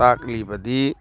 ꯇꯥꯛꯂꯤꯕꯗꯤ